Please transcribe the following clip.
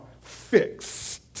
fixed